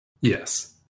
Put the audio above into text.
yes